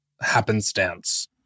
happenstance